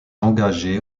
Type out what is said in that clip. engagés